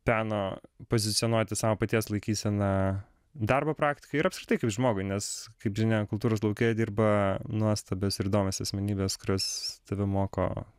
peno pozicionuoti savo paties laikyseną darbo praktiką ir apskritai kaip žmogui nes kaip žinia kultūros lauke dirba nuostabios ir įdomios asmenybės kurios tave moko